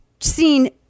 seen